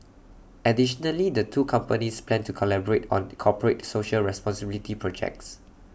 additionally the two companies plan to collaborate on corporate social responsibility projects